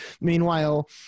Meanwhile